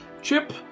Chip